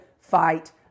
fight